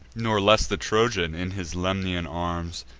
nor less the trojan, in his lemnian arms,